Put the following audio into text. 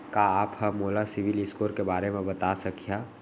का आप हा मोला सिविल स्कोर के बारे मा बता सकिहा?